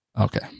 Okay